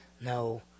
no